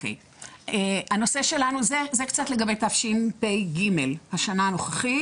זה קצת לגבי תשפ"ג, השנה הנוכחית.